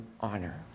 honor